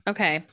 Okay